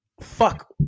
Fuck